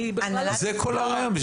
זה כל הרעיון.